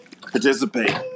participate